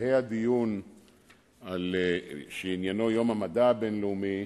בשלהי הדיון בעניין יום המדע הלאומי.